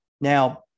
Now